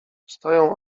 stoją